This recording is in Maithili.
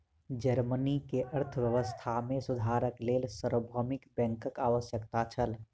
जर्मनी के अर्थव्यवस्था मे सुधारक लेल सार्वभौमिक बैंकक आवश्यकता छल